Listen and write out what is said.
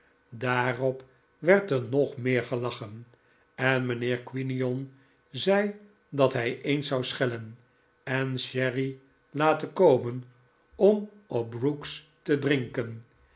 daarop werd er nog meer gelachen en mijnheer quinion zei dat hij eens zou schellen en sherry laten komen om op brooks te drinken